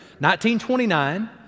1929